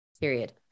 period